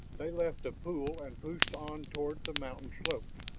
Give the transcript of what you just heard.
they left the pool and pushed on toward the mountain slopes,